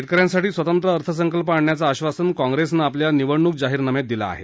शेतक यांसाठी स्वतंत्र अर्थसंकल्प आणण्याचं आश्वासन काँग्रेस पक्षानं आपल्या निवडणूक जाहीरनाम्यात दिलं आहे